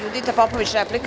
Judita Popović, replika.